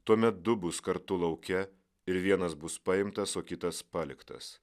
tuomet du bus kartu lauke ir vienas bus paimtas o kitas paliktas